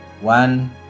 one